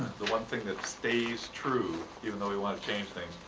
the one thing that stays true, even though we want to change things,